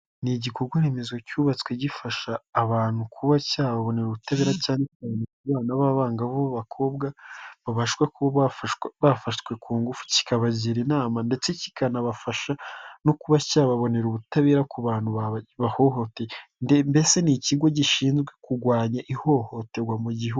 Ni igikorwa remezo cyubatswe gifasha abantu kuba cyababonera ubutabera cyane cyane abana b'abangavu b'abakobwa babasha bafashwe kuba bafashwe ku ngufu, kikabagira inama ndetse kikanabafasha no kuba cyababonera ubutabera ku bantu babahohoteye, mbese ni ikigo gishinzwe kurwanya ihohoterwa mu gihugu.